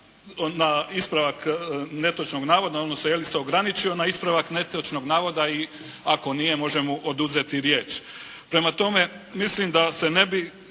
na ispravak netočnog navoda odnosno je li se ograničio na ispravak netočnog navoda i ako nije može mu oduzeti riječ. Prema tome mislim da se ne bi